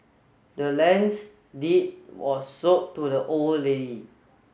the land's deed was sold to the old lady